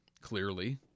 clearly